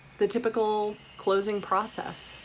the typical closing process.